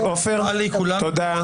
עופר, תודה.